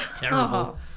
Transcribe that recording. Terrible